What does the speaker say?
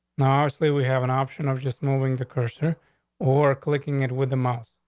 now, obviously, we have an option of just moving the cursor or clicking it with the most.